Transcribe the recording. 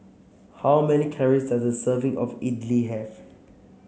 how many calories does a serving of Idili have